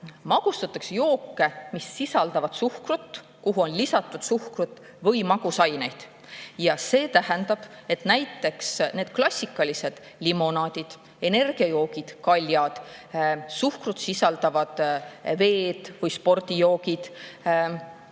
maksustatakse jooke, mis sisaldavad suhkrut, kuhu on lisatud suhkrut või magusaineid. See tähendab, et näiteks need klassikalised limonaadid, energiajoogid, kaljad, suhkrut sisaldavad veed, spordijoogid,